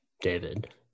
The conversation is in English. David